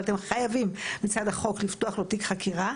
אתם חייבים מצד החוק לפתוח לו תיק חקירה,